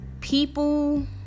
people